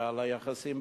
ועל היחסים.